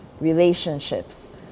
relationships